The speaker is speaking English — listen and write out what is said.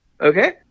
okay